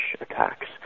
attacks